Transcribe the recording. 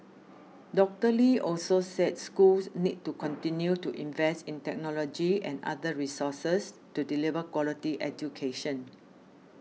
Doctor Lee also said schools need to continue to invest in technology and other resources to deliver quality education